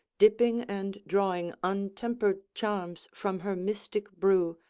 dipping and drawing untempered charms from her mystic brew,